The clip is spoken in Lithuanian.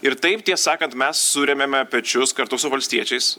ir taip tiesą sakant mes surėmėme pečius kartu su valstiečiais